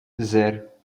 zero